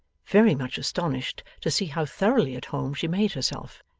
very much astonished to see how thoroughly at home she made herself,